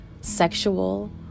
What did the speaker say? sexual